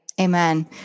Amen